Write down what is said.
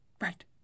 Right